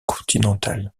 continental